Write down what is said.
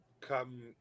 come